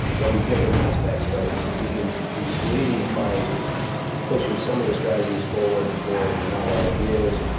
there'll be different aspects. but we can we believe by pushing some of the strategies forward for the novel ideas,